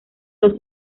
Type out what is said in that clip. los